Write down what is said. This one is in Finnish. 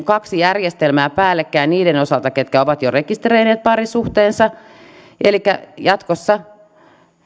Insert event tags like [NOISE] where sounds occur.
[UNINTELLIGIBLE] kaksi järjestelmää päällekkäin niiden osalta ketkä ovat jo rekisteröineet parisuhteensa elikkä jatkossa